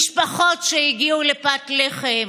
משפחות שהגיעו לפת לחם.